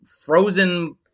frozen